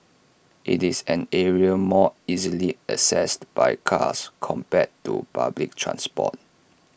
IT is an area more easily accessed by cars compared to public transport